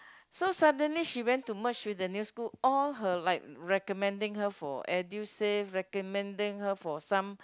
so suddenly she went to merge with the new school all her like recommending her for Edusave recommending her for some